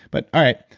but all right,